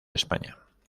españa